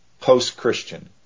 post-Christian